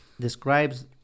describes